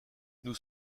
nous